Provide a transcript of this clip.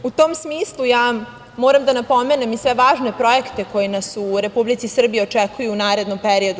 U tom smislu, moram da napomenem i sve važne projekte koji nas u Republici Srbiji očekuju u narednom periodu.